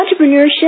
entrepreneurship